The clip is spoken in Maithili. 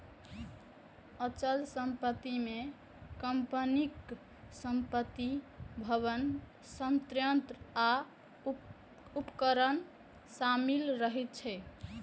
अचल संपत्ति मे कंपनीक संपत्ति, भवन, संयंत्र आ उपकरण शामिल रहै छै